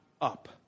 up